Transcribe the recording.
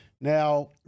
Now